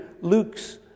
Luke's